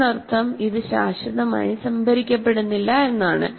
അതിനർത്ഥം ഇത് ശാശ്വതമായി സംഭരിക്കപ്പെടുന്നില്ല എന്നാണ്